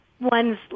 one's